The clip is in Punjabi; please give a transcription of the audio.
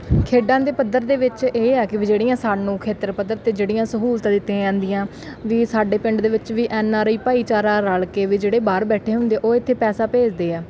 ਖੇਡਾਂ ਦੇ ਪੱਧਰ ਦੇ ਵਿੱਚ ਇਹ ਆ ਕਿ ਵੀ ਜਿਹੜੀਆਂ ਸਾਨੂੰ ਖੇਤਰ ਪੱਧਰ 'ਤੇ ਜਿਹੜੀਆਂ ਸਹੂਲਤਾਂ ਦਿੱਤੀਆਂ ਜਾਂਦੀਆਂ ਵੀ ਸਾਡੇ ਪਿੰਡ ਦੇ ਵਿੱਚ ਵੀ ਐਨ ਆਰ ਆਈ ਭਾਈਚਾਰਾ ਰਲ ਕੇ ਵੀ ਜਿਹੜੇ ਬਾਹਰ ਬੈਠੇ ਹੁੰਦੇ ਉਹ ਇੱਥੇ ਪੈਸਾ ਭੇਜਦੇ ਆ